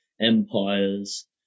empires